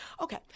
okay